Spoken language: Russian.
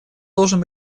должен